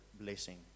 blessing